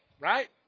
right